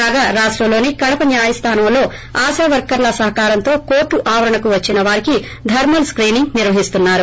కాగా రాష్టంలోని కడప న్యాయస్థానంలో ఆశా వర్కర్ల సహకారంతో కోర్టు ఆవరణకు వచ్చిన వారికి ధర్మల్ స్కనింగ్ నిర్వహిస్తున్నారు